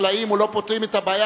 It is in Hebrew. לחקלאים או לא פותרים את הבעיה,